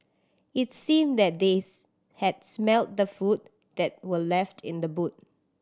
its seemed that this had smelt the food that were left in the boot